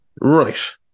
right